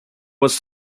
was